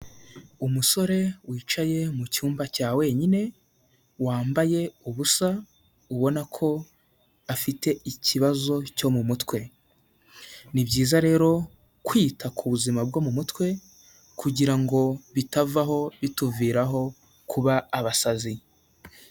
Umusore wicaye mu cyumba cya wenyine, wambaye ubusa ubona ko afite ikibazo cyo mu mutwe, ni byiza rero kwita ku buzima bwo mu mutwe kugira ngo bitavaho bituviraho kuba abasazi.